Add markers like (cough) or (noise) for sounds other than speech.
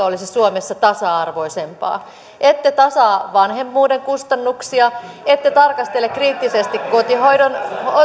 (unintelligible) olisi suomessa tasa arvoisempaa ette tasaa vanhemmuuden kustannuksia ette tarkastele kriittisesti kotihoidon